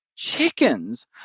chickens